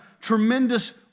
tremendous